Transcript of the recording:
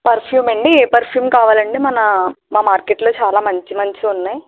perfume అండి ఏ perfume కావాలండి మన మా మార్కెట్లో చాలా మంచి మంచివి ఉన్నాయి